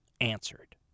answered